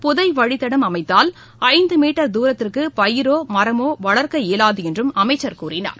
புதை வழித்தடம் அமைத்தால் ஐந்து மீட்டர் தூரத்திற்கு பயிரோ மரமோ வளர்க்க இயலாது என்று அமைச்சர் கூறினார்